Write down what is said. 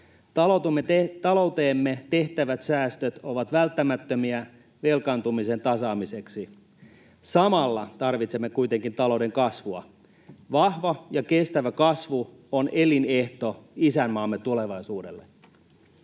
Talouteemme tehtävät säästöt ovat välttämättömiä velkaantumisen tasaamiseksi. Samalla tarvitsemme kuitenkin talouden kasvua. Vahva ja kestävä kasvu on elinehto isänmaamme tulevaisuudelle.